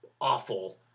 awful